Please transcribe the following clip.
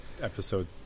episode